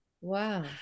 wow